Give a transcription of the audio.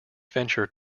venture